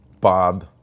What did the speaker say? Bob